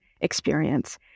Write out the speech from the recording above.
experience